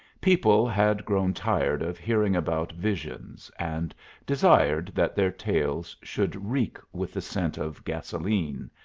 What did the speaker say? people had grown tired of hearing about visions, and desired that their tales should reek with the scent of gasoline,